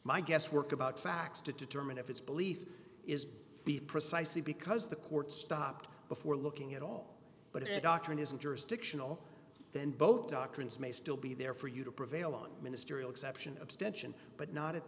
my guess work about facts to determine if its belief is be precisely because the court stopped before looking at all but it doctrine isn't jurisdictional then both doctrines may still be there for you to prevail on ministerial exception abstention but not at